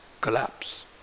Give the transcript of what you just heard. collapse